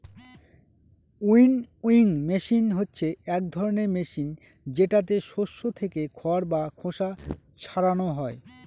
winnowing machine হচ্ছে এক ধরনের মেশিন যেটাতে শস্য থেকে খড় বা খোসা ছারানো হয়